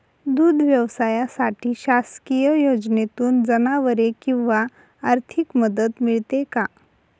दूध व्यवसायासाठी शासकीय योजनेतून जनावरे किंवा आर्थिक मदत मिळते का?